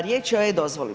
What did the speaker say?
Riječ je o e-dozvoli.